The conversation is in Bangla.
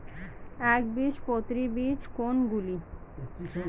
একবীজপত্রী বীজ কোন গুলি?